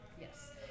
Yes